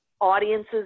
audiences